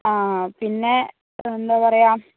പിന്നെ എന്താ പറയുക